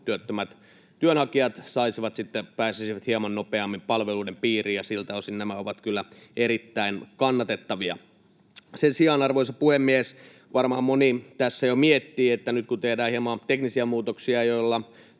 työttömät työnhakijat pääsisivät hieman nopeammin palveluiden piiriin, ja siltä osin nämä ovat kyllä erittäin kannatettavia. Arvoisa puhemies! Sen sijaan varmaan moni tässä jo miettii, että nyt kun tehdään hieman teknisiä muutoksia, joilla